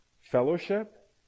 fellowship